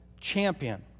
champion